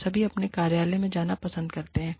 हम सभी अपने कार्यालयों में जाना पसंद करते हैं